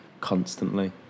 constantly